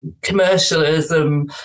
commercialism